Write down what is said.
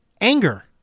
anger